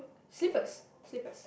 slippers slippers